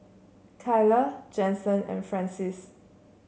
Kyler Jensen and Francies